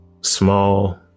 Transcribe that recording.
small